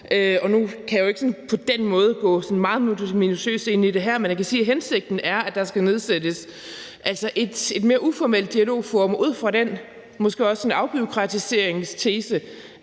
på den måde gå sådan meget minutiøst ind i det her, men jeg kan sige, at hensigten er, at der skal nedsættes et mere uformelt dialogform, måske også ud fra en afbureaukratiseringstese